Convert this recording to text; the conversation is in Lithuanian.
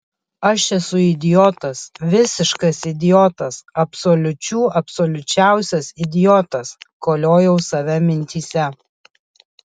aš esu idiotas visiškas idiotas absoliučių absoliučiausias idiotas koliojau save mintyse